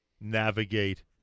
navigate